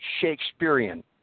Shakespearean